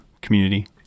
community